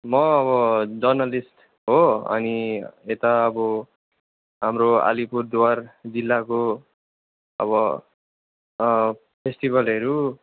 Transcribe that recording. म अब जर्नलिस्ट हो अनि यता अब हाम्रो अलिपुरद्वार जिल्लाको अब फेस्टिभलहरू